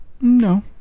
No